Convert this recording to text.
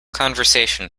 conversation